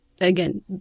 again